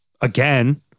again